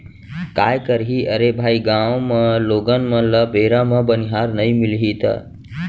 काय करही अरे भाई गॉंव म लोगन मन ल बेरा म बनिहार नइ मिलही त